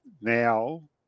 now